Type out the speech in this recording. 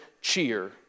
cheer